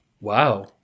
Wow